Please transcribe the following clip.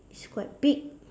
it's quite big